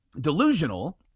delusional